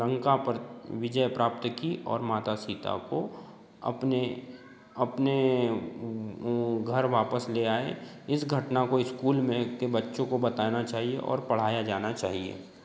लंका पर विजय प्राप्त की और माता सीता को अपने अपने घर वापस ले आए इस घटना को स्कूल में के बच्चों को बताना चाहिए और पढ़ाया जाना चाहिए